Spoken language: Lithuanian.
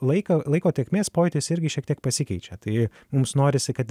laiką laiko tėkmės pojūtis irgi šiek tiek pasikeičia tai mums norisi kad